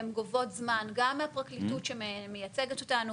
הן גובות זמן גם מהפרקליטות שמייצגת אותנו,